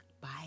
Bye